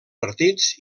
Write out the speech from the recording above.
partits